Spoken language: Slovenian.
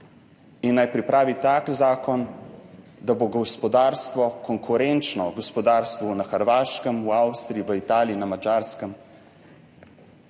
in naj pripravi tak zakon, da bo gospodarstvo konkurenčno gospodarstvu na Hrvaškem, v Avstriji, v Italiji, na Madžarskem